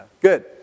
good